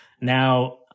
Now